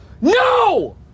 no